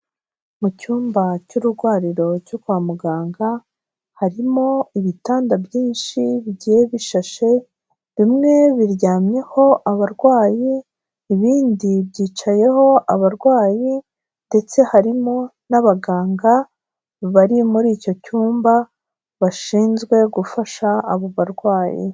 Mu cyumba cy'ururwariro cyo kwa muganga harimo ibitanda byinshi bigiye bishashe, bimwe biryamyeho abarwayi ibindi byicayeho abarwayi ndetse harimo n'abaganga bari muri icyo cyumba bashinzwe gufasha abo barwayi.